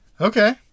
Okay